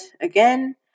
again